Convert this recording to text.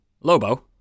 Lobo